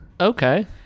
okay